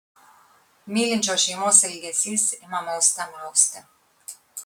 mylinčios šeimos ilgesys ima mauste mausti